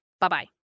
Bye-bye